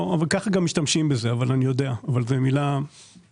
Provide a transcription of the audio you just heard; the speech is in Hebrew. כך גם משתמשים בזה, אבל זו מילה לא מתאימה.